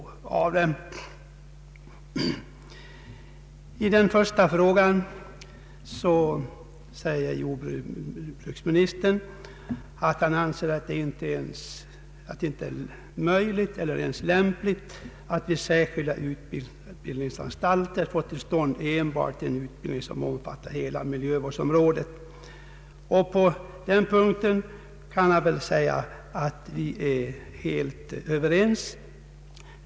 Som svar på den första frågan säger jordbruksministern att han anser att det inte är möjligt eller ens lämpligt att vid särskilda utbildningsanstalter skapa enbart en utbildning som omfattar hela miljövårdsområdet. På den punkten kan jag säga att vi är helt överens.